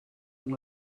and